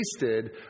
tasted